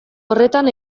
horretan